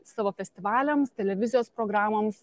savo festivaliams televizijos programoms